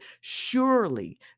Surely